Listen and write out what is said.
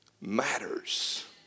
matters